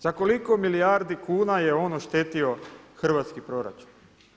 Za koliko milijardi kuna je on oštetio hrvatski proračun?